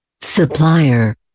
Supplier